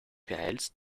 beeilst